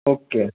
okay